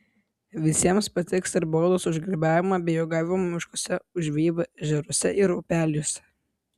visiems patiks ir baudos už grybavimą bei uogavimą miškuose už žvejybą ežeruose ir upeliuose